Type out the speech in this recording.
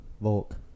Volk